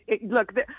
Look